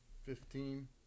Fifteen